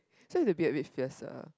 so it's a bit a bit fierce ah